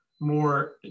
more